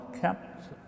kept